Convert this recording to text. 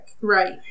Right